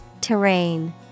terrain